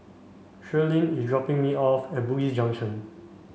Shirleen is dropping me off at Bugis Junction